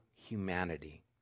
Humanity